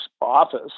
office